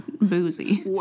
boozy